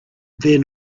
then